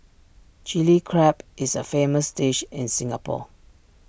Chilli Crab is A famous dish in Singapore